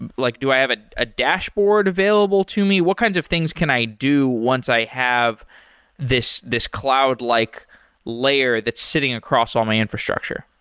and like do i have a ah dashboard available to me? what kinds of things can i do once i have this this cloud-like layer that's sitting across all my infrastructure?